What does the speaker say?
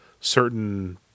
certain